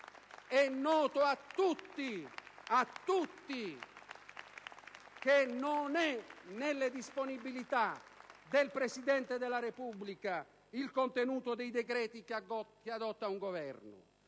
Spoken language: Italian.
È noto a tutti che non è nelle disponibilità del Presidente della Repubblica il contenuto dei decreti che adotta un Governo.